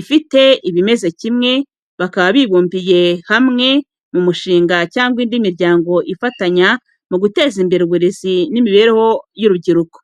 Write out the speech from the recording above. ifite bimeze kimwe bakaba bibumbiye hamwe mu mushinga cyangwa indi miryango ifatanya mu guteza imbere uburezi n’imibereho y’urubyiruko.